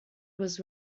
was